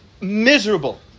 miserable